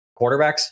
quarterbacks